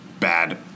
bad